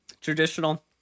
traditional